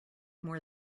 more